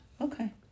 Okay